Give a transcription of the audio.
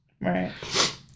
Right